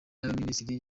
y‟abaminisitiri